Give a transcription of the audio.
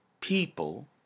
people